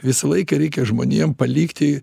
visą laiką reikia žmonėm palikti